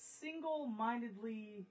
single-mindedly